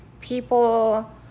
people